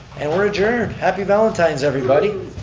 and we're adjourned. happy valentine's everybody.